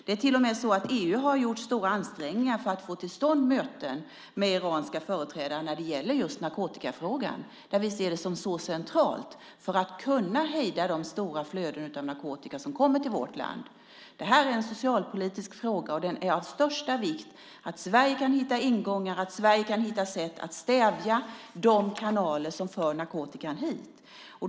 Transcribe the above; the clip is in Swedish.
Det är till och med så att EU har gjort stora ansträngningar för att få till stånd möten med iranska företrädare när det gäller just narkotikafrågan, där vi ser det som så centralt för att kunna hejda de stora flöden av narkotika som kommer till vårt land. Det här är en socialpolitisk fråga, och det är av största vikt att Sverige kan hitta ingångar och att Sverige kan hitta sätt att stävja de kanaler som narkotikan förs hit på.